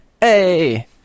Hey